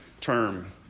term